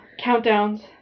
countdowns